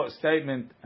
statement